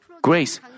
Grace